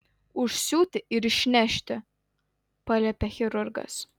užsiūti ir išnešti paliepė chirurgas